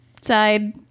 side